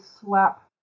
slap